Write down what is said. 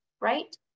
right